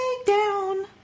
down